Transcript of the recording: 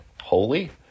Holy